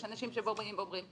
יש אנשים שבאים ואומרים,